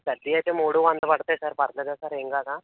పెద్దవి అయితే మూడు వంద పడతాయి సార్ పర్వాలేదా సార్ ఏమి కదా